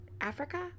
Africa